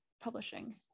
publishing